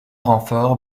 renforts